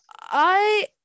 I-